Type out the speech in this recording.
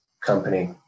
company